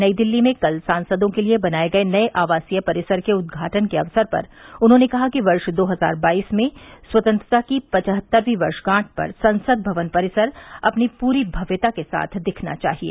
नई दिल्ली में कल सांसदों के लिए बनाये गये नये आवासीय परिसर के उदघाटन के अवसर पर उन्होंने कहा कि वर्ष दो हजार बाईस में स्वतंत्रता की पचहत्तरवीं वर्षगांठ पर संसद भवन परिसर अपनी पूरी भव्यता के साथ दिखना चाहिए